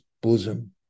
bosom